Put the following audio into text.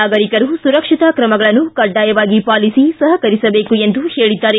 ನಾಗರಿಕರು ಸುರಕ್ಷತಾ ಕ್ರಮಗಳನ್ನು ಕಡ್ಡಾಯವಾಗಿ ಪಾಲಿಸಿ ಸಹಕರಿಸಬೇಕು ಎಂದು ಹೇಳಿದ್ದಾರೆ